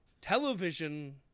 television